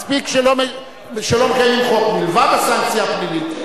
מספיק שלא מקיימים חוק, מלבד הסנקציה הפלילית.